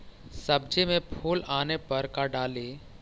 सब्जी मे फूल आने पर का डाली?